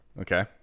okay